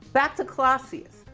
back to clausius,